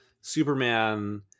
Superman